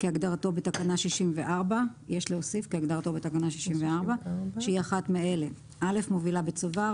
כאמור בתקנה 64, שהיא אחת מאלה: מובילה בצובר.